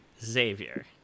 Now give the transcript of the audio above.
Xavier